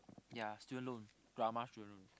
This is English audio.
ya student loan drama student loan